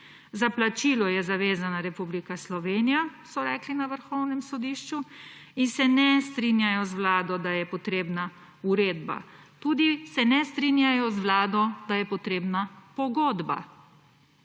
Za plačilo je zavezana Republika Slovenija, so rekli na Vrhovnem sodišču, in se ne strinjajo z vlado, da je potrebna uredba. Tudi se ne strinjajo z vlado, da je potrebna pogodba